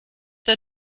der